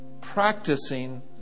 Practicing